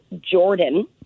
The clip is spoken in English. Jordan